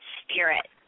spirit